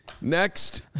Next